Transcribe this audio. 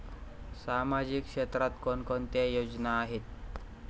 सामाजिक क्षेत्रात कोणकोणत्या योजना आहेत?